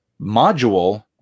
module